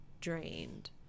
drained